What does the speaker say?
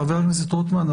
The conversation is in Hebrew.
חבר הכנסת רוטמן,